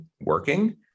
working